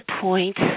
point